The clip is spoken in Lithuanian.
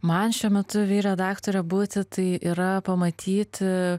man šiuo metu vyr redaktore būti tai yra pamatyti